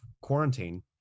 quarantine